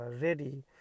ready